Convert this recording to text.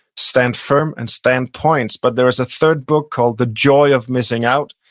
stand firm and standpoints, but there's a third book called the joy of missing out,